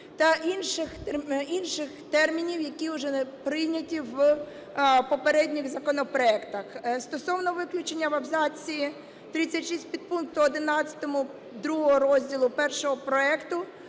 та інших термінів, які вже прийняті в попередніх законопроектах. Стосовно виключення в абзаці 36 підпункту 11 ІІ розділу першого проекту